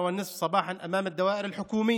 מי שמפסיד מזה זה המדינה,